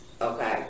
Okay